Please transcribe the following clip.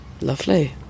Lovely